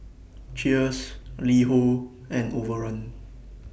Cheers LiHo and Overrun